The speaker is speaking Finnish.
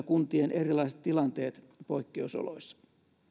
kuntien erilaiset tilanteet poikkeusoloissa